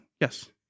Yes